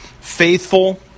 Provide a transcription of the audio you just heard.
faithful